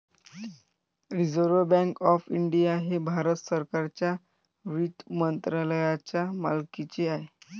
reserve bank of India हे भारत सरकारच्या वित्त मंत्रालयाच्या मालकीचे आहे